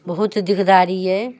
बहुत दिकदारी अइ